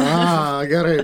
a gerai